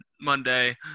Monday